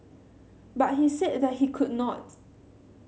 but he said that he could not